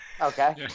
Okay